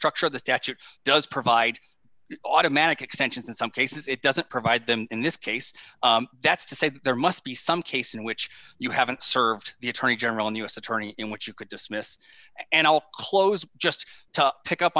structure of the statute does provide automatic extensions in some cases it doesn't provide them in this case that's to say there must be some case in which you haven't served the attorney general in the u s attorney in what you could dismiss and close just to pick up